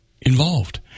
involved